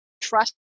trust